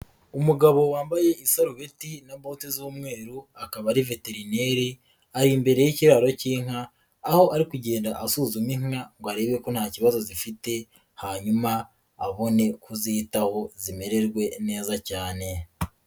Umugabo wambaye isarubeti na bote z'umweru akaba ari veterineri, ari imbere y'ikiraro cy'inka aho ari kugenda asuzuma inka ngo arebe ko nta kibazo zifite hanyuma abone kuzitaho zimererwe neza cyane.